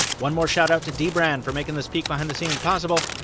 one more shout out to dbrand for making this peak behind the scenes possible.